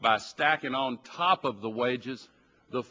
by stacking on top of the wages the